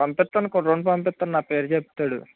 పంపిస్తాను కుర్రోడిని పంపిస్తాను నా పేరు చెప్తాడు